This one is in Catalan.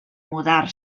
mudar